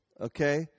okay